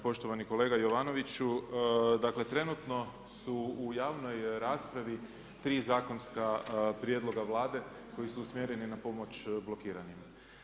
Poštovani kolega Jovanoviću, dakle trenutno su u javnoj raspravi tri zakonska prijedloga Vlade koji su usmjereni na pomoć blokiranima.